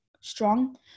strong